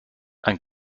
ein